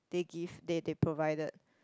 they give they they provided